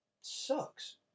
sucks